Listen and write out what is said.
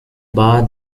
bar